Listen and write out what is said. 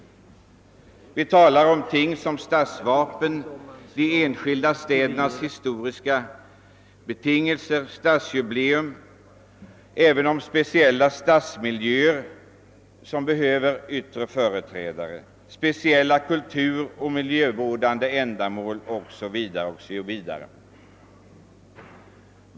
Vi talar om stadsvapen, de enskilda städernas historiska betingelser, stadsjubileer, speciella stadsmiljöer som behöver yttre företrädare, speciella kulturoch miljövårdande ändamål o. s. v.